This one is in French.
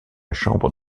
chambre